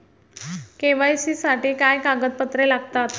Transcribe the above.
KYC साठी काय कागदपत्रे लागतात?